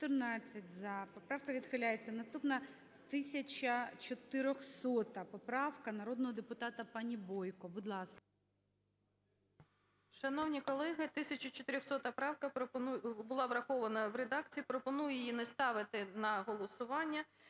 За-14 Поправка відхиляється. Наступна – 1400 поправка народного депутата пані Бойко, будь ласка. 16:40:50 БОЙКО О.П. Шановні колеги, 1400 правка була врахована в редакції, пропоную її не ставити на голосування.